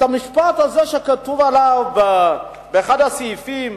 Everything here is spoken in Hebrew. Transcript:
המשפט שכתוב באחד הסעיפים,